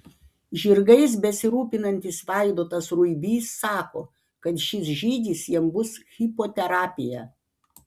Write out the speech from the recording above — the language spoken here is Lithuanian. žirgais besirūpinantis vaidotas ruibys sako kad šis žygis jam bus hipoterapija